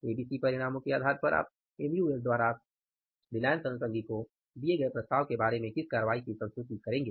ABC परिणामों के आधार पर आप MUL द्वारा आरए को दिए गए प्रस्ताव के बारे में आप किस कार्रवाई की संस्तुति करेंगे